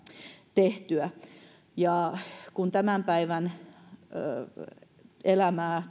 tehtyä ja kun tämän päivän elämää